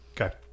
Okay